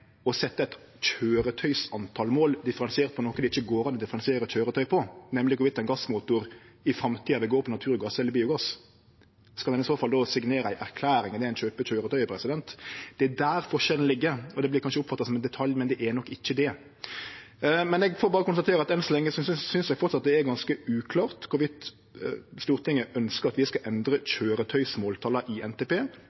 å setje eit køyretøysmåltal differensiert på noko det ikkje går an å differensiere køyretøy på, nemleg om ein gassmotor i framtida vil gå på naturgass eller biogass. Skal ein i så fall då signere ei erklæring i det ein kjøper køyretøyet? Det er der forskjellen ligg. Det vert kanskje oppfatta som ein detalj, men det er nok ikkje det. Eg får berre konstatere at enn så lenge synest eg det framleis er ganske uklart om Stortinget ønskjer at vi skal endre